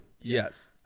Yes